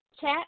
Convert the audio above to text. chat